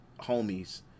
homies